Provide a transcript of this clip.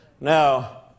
Now